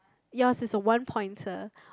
yours is a one pointer